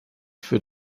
für